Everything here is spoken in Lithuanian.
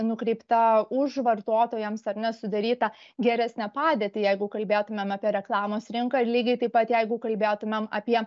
nukreipta už vartotojams ar ne sudarytą geresnę padėtį jeigu kalbėtumėm apie reklamos rinką ir lygiai taip pat jeigu kalbėtumėm apie